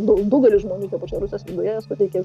daug daugelis žmonių toj pačioj rusijos sklaidoje suteikė